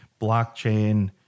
blockchain